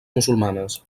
musulmanes